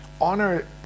honor